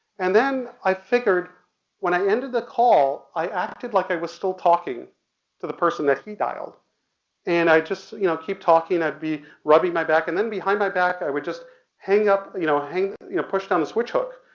and then i figured when i ended the call, i acted like i was still talking to the person that he dialed and i just, you know, keep talking and i'd be rubbing my back and then behind my back i would just hang up, you know, hang you know push down the switch hook.